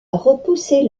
repousser